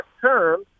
term